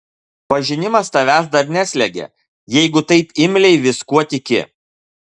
pažinimas tavęs dar neslegia jeigu taip imliai viskuo tiki